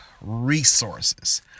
resources